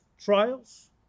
trials